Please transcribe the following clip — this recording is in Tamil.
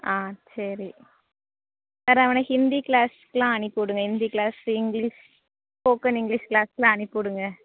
ஆ சரி வேற அவனை ஹிந்தி கிளாஸுக்கலாம் அனுப்பிவிடுங்க Hindi class English spoken English கிளாஸுலாம் அனுப்பிவிடுங்க